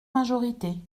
majorité